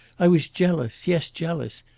i was jealous yes, jealous.